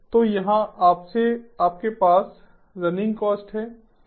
तो यहाँ आपके पास रनिंग कॉस्ट है